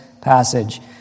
passage